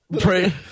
pray